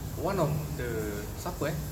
one of the siapa eh